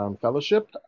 fellowship